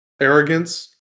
arrogance